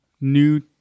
new